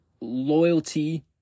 loyalty